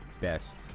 best